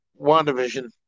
WandaVision